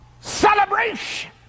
celebration